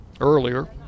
earlier